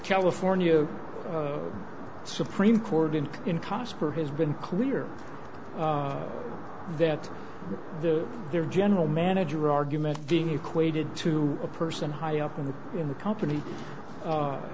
california supreme court in in cost per has been clear that the their general manager argument being equated to a person high up in the in the company